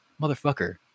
motherfucker